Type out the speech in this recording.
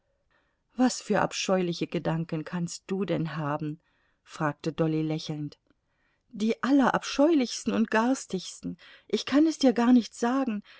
was für abscheuliche gedanken kannst du denn haben fragte dolly lächelnd die allerabscheulichsten und garstigsten ich kann es dir gar nicht sagen